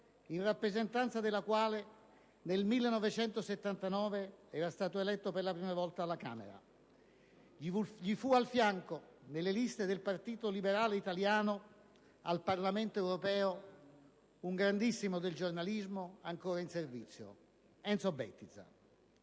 in rappresentanza della quale nel 1979 era stato eletto per la prima volta alla Camera. Gli fu al fianco, nelle liste del Partito Liberale Italiano al Parlamento europeo, un grandissimo del giornalismo ancora in servizio: Enzo Bettiza.